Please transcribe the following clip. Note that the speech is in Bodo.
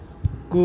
गु